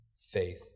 faith